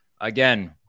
again